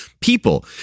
people